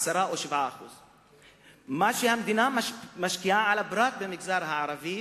10% או 7%. מה שהמדינה משקיעה בפרט במגזר הערבי,